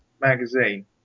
magazine